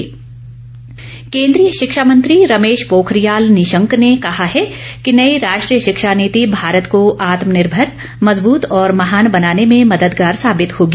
शिक्षा नीति केंद्रीय शिक्षा मंत्री रमेश पोखरियाल निशंक ने कहा है कि नई राष्ट्रीय शिक्षा नीति भारत को आत्मनिर्भर मजबूत और महान बनाने में मददगार साबित होगी